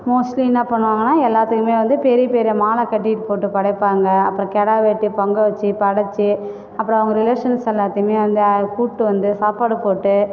mostly என்ன பண்ணுவாங்கனால் எல்லாத்துக்குமே வந்து பெரிய பெரிய மாலை கட்டிட்டு போட்டு படைப்பாங்க அப்புறம் கெடா வெட்டி பொங்கல் வச்சு படைத்து அப்புறம் அவங்க ரீலேஷன்ஸ் எல்லாத்தையுமே வந்து கூட்டு வந்து சாப்பாடு போட்டு